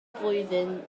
flwyddyn